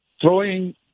throwing